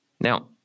Now